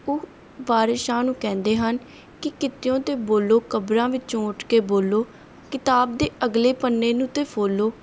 ਉਹ ਵਾਰਸ ਸ਼ਾਹ ਨੂੰ ਕਹਿੰਦੇ ਹਨ ਕਿ ਕਿਤਿਓ ਤਾਂ ਬੋਲੋ ਕਬਰਾਂ ਵਿੱਚੋਂ ਉੱਠ ਕੇ ਬੋਲੋ ਕਿਤਾਬ ਦੇ ਅਗਲੇ ਪੰਨੇ ਨੂੰ ਤਾਂ ਫੋਲੋ